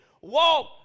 walk